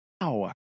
Wow